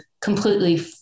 completely